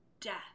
death